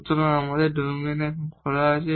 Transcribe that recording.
সুতরাং আমাদের ডোমেইন এখানে খোলা আছে